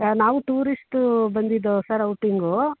ನಾವು ಟೂರಿಸ್ಟೂ ಬಂದಿದ್ವು sir outing